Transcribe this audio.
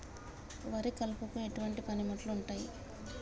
వరి కలుపుకు ఎటువంటి పనిముట్లు ఉంటాయి?